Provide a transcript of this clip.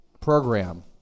program